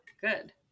good